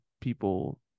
people